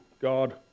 God